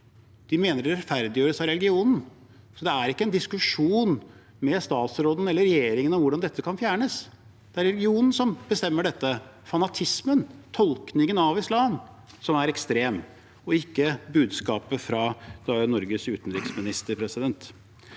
De mener det rettferdiggjøres av religionen, så det er ikke en diskusjon med statsråden eller regjeringen om hvordan dette kan fjernes. Det er religionen som bestemmer dette – fanatismen og tolkningen av islam, som er ekstrem – ikke budskapet fra Norges utenriksminister. Så til